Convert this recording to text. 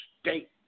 state